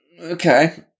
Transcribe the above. Okay